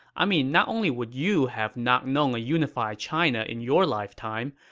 i mean, not only would you have not known a unified china in your lifetime,